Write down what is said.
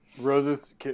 Roses